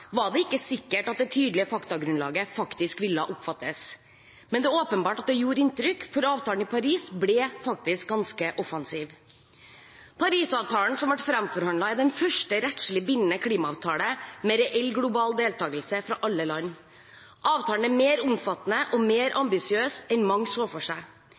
var det ikke sikkert at det tydelige faktagrunnlaget ville oppfattes. Men det gjorde åpenbart inntrykk, for avtalen i Paris ble faktisk ganske offensiv. Paris-avtalen som ble framforhandlet er den første rettslig bindende klimaavtale med reell global deltakelse fra alle land. Avtalen er mer omfattende og mer ambisiøs enn mange så for seg.